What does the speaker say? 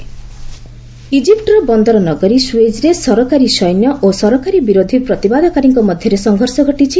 Egypt clash ଇଜିପ୍ଟର ବନ୍ଦରନଗରୀ ସୁଏଜରେ ସରକାରୀ ସୈନ୍ୟ ଓ ସରକାରୀ ବିରୋଧୀ ପ୍ରତିବାଦକାରୀଙ୍କ ମଧ୍ୟରେ ସଂଘର୍ଷ ଘଟିଛି